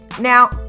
Now